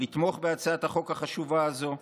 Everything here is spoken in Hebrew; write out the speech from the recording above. לתמוך בהצעת החוק החשובה הזו.